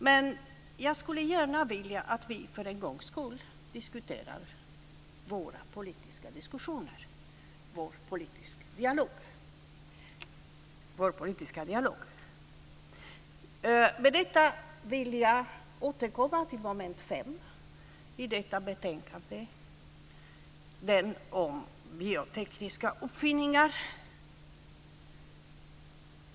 Men jag skulle gärna vilja att vi för en gångs skull för en politisk diskussion, en politisk dialog. Med det vill jag återkomma till mom. 5 i detta betänkande, som handlar om biotekniska uppfinningar.